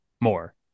more